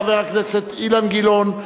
חבר הכנסת אילן גילאון,